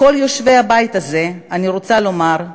לכל יושבי הבית הזה אני רוצה לומר,